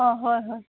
অঁ হয় হয়